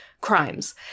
crimes